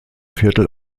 viertel